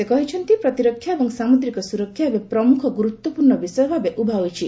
ସେ କହିଛନ୍ତି ପ୍ରତିରକ୍ଷା ଏବଂ ସାମୁଦ୍ରିକ ସୁରକ୍ଷା ଏବେ ପ୍ରମୁଖ ଗୁରୁତ୍ୱପୂର୍ଣ୍ଣ ବିଷୟ ଭାବେ ଉଭା ହୋଇଛି